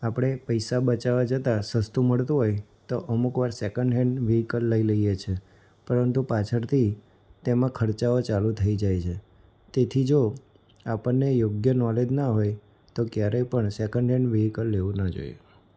આપણે પૈસા બચાવવા જતાં સસ્તું મળતું હોય તો અમુક વાર સેકન્ડ હેન્ડ વિહીકલ લઈ લઈએ છે પરંતુ પાછળથી તેમાં ખર્ચાઓ ચાલુ થઈ જાય છે તેથી જો આપણને યોગ્ય નૉલેજ ના હોય તો ક્યારેય પણ સેકન્ડ હેન્ડ વિહીકલ લેવું ન જોઈએ